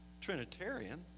Trinitarian